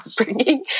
upbringing